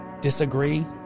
disagree